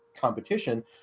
competition